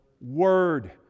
word